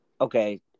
Okay